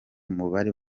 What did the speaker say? mubari